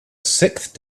sixth